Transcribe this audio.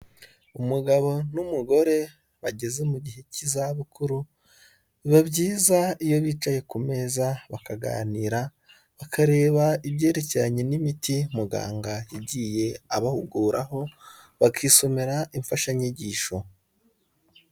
Umugabo n'umugore bageze mu gihe cy'izabukuru biba byiza iyo bicaye ku meza bakaganira bakareba ibyerekeranye n'imiti muganga yagiye abahuguraho, bakisomera imfashanyigisho.